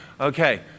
Okay